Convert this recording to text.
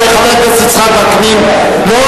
חבר הכנסת יצחק וקנין, לא